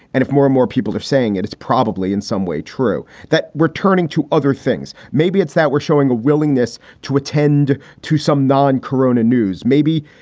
and if more and more people are saying it, it's probably in some way true that we're turning to other things. maybe it's that we're showing a willingness to attend to some non corona news. maybe.